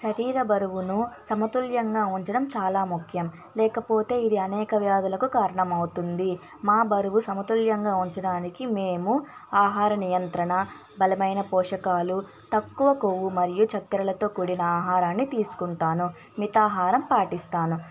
శరీర బరువును సమతుల్యంగా ఉంచడం చాలా ముఖ్యం లేకపోతే ఇది అనేక వ్యాధులకు కారణమవుతుంది మా బరువు సమతుల్యంగా ఉంచడానికి మేము ఆహార నియంత్రణ బలమైన పోషకాలు తక్కువ కొవ్వు మరియు చక్కరలతో కూడిన ఆహారాన్ని తీసుకుంటాను మితాహారం పాటిస్తాను